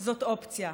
זה אופציה.